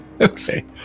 Okay